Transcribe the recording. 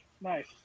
Nice